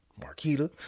Marquita